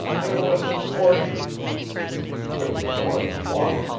there was an orchard there was more than one,